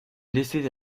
laissait